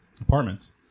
apartments